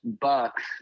bucks